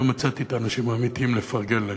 ומצאתי את האנשים האמיתיים לפרגן להם.